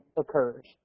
occurs